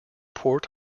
port